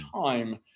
time